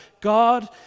God